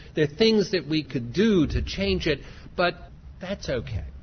there are things that we could do to change it but that's ok.